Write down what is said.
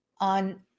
On